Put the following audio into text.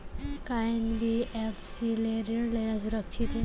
का एन.बी.एफ.सी ले ऋण लेना सुरक्षित हे?